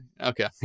okay